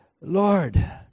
Lord